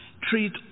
treat